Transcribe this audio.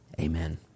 Amen